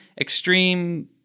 extreme